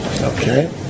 Okay